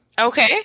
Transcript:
Okay